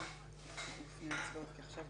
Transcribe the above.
יש עוד